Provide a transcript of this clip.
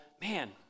man